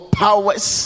powers